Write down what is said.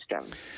system